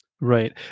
Right